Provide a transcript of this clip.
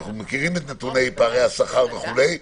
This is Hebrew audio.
אנחנו מכירים את נתוני פערי השכר וכולי.